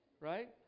Right